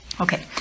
Okay